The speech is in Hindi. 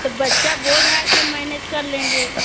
तो बच्चा बोल रहा है कि हम मैनेज कर लेंगे